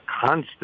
constant